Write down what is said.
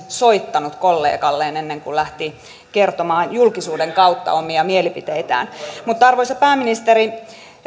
soittanut kollegalleen ennen kuin lähti kertomaan julkisuuden kautta omia mielipiteitään mutta arvoisa pääministeri